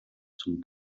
zum